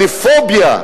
לפוביה,